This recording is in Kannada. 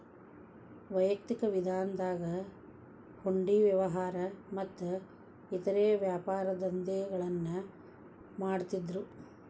ವೈಯಕ್ತಿಕ ವಿಧಾನದಾಗ ಹುಂಡಿ ವ್ಯವಹಾರ ಮತ್ತ ಇತರೇ ವ್ಯಾಪಾರದಂಧೆಗಳನ್ನ ಮಾಡ್ತಿದ್ದರು